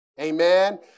Amen